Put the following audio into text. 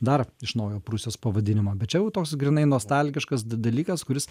dar iš naujo prūsijos pavadinimo bet čia jau toks grynai nostalgiškas d dalykas kuris